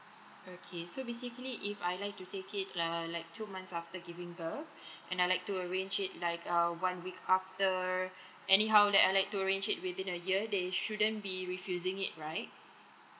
okay so basically if I like to take it err like two months after giving birth and I like to arrange it like uh one week after anyhow that I like to arrange it within a year they shouldn't be refusing it right